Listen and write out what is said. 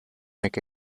make